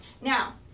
Now